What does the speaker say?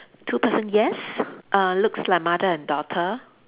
two person yes err looks like mother and daughter